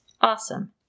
Awesome